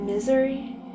Misery